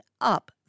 up